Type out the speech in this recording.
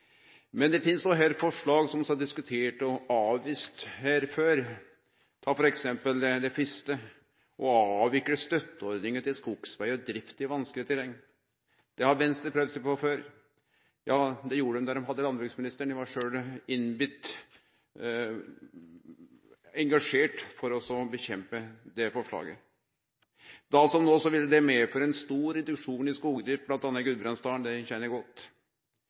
men det finst òg forslag som vi har diskutert og avvist her før, f.eks. det fyrste forslaget, om å avvikle støtteordningar til skogsbilvegar og drift i vanskeleg terreng. Det har Venstre prøvd seg på før. Det gjorde dei da dei hadde landbruksministeren. Eg var sjølv djupt engasjert for å motverke det forslaget. Da som no ville det medføre ein stor reduksjon av skogsdrifta, bl.a. i Gudbrandsdalen – som eg kjenner godt